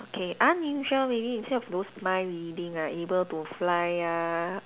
okay unusual meaning instead of those mind reading ah you're able to fly ah